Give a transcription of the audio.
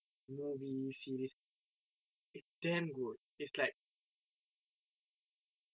movies series it's damn good it's like